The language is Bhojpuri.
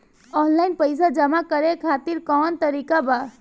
आनलाइन पइसा जमा करे खातिर कवन तरीका बा?